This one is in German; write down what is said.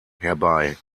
herbei